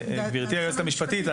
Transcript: גבירתי היועצת המשפטית,